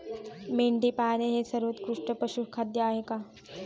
मेंढी पाळणे हे सर्वोत्कृष्ट पशुखाद्य आहे का?